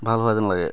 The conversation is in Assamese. ভাল হোৱা যেন লাগে